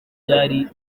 byari